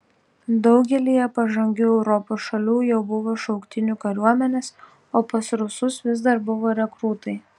daugelyje pažangių europos šalių jau buvo šauktinių kariuomenės o pas rusus vis dar buvo rekrūtai